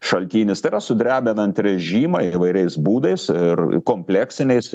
šaltinis tai yra sudrebinant režimą įvairiais būdais ir kompleksiniais